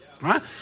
Right